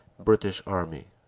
british army.